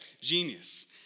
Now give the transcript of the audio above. Genius